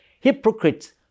hypocrites